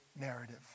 narrative